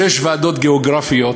שש ועדות גיאוגרפיות.